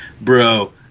Bro